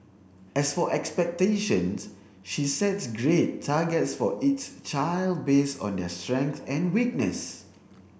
as for expectations she sets grade targets for each child based on their strengths and weakness